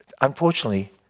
unfortunately